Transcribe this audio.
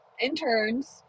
interns